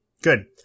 Good